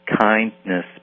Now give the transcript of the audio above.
kindness